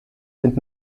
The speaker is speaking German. sind